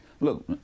Look